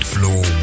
Floor